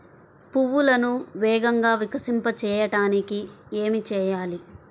పువ్వులను వేగంగా వికసింపచేయటానికి ఏమి చేయాలి?